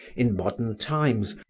in modern times,